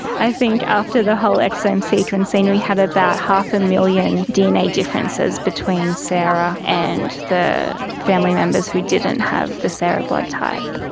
i think after the whole exome sequencing we had about half a million dna differences between the sarah and the family members who didn't have the sarah blood type.